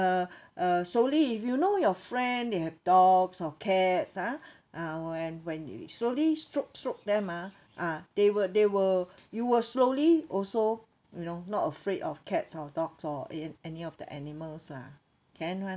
uh uh slow if you know your friend they have dogs or cats ah ah when when you slowly stroke stroke them ah ah they will they will you will slowly also you know not afraid of cats or dogs or in any of the animals lah can [one]